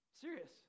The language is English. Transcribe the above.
Serious